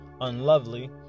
unlovely